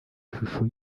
ishusho